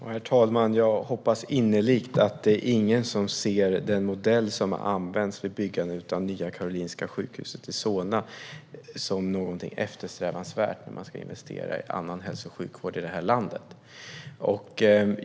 Herr talman! Jag hoppas innerligt att det inte är någon som ser den modell som har använts vid byggandet av Nya Karolinska Solna som någonting eftersträvansvärt när man ska investera i annan hälso och sjukvård i landet.